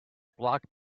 blocked